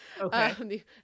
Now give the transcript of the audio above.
Okay